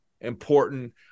important